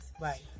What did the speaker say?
Right